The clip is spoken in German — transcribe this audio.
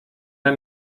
der